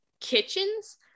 kitchens